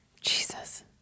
Jesus